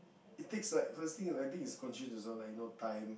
it takes like first thing I think it's also like no time